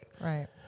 Right